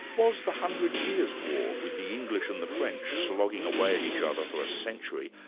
was the hundred years war with the english and the french slogging away at each other for a century,